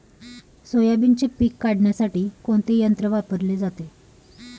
सोयाबीनचे पीक काढण्यासाठी कोणते यंत्र वापरले जाते?